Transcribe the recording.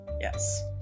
Yes